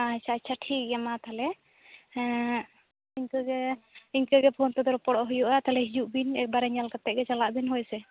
ᱟᱪᱪᱷᱟ ᱟᱪᱪᱷᱟ ᱴᱷᱤᱠ ᱜᱮᱭᱟ ᱢᱟ ᱛᱟᱦᱚᱞᱮ ᱤᱱᱠᱟᱹ ᱜᱮ ᱤᱱᱠᱟᱹ ᱜᱮ ᱯᱷᱳᱱ ᱛᱮᱫᱚ ᱨᱚᱯᱚᱲᱚᱜ ᱦᱩᱭᱩᱜᱼᱟ ᱛᱟᱦᱚᱞᱮ ᱦᱤᱡᱩᱜ ᱵᱤᱱ ᱮᱠᱵᱟᱨᱮ ᱧᱮᱞ ᱠᱟᱛᱮᱫ ᱜᱮ ᱪᱟᱞᱟᱜ ᱵᱤᱱ ᱦᱳᱭ ᱥᱮ